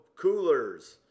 coolers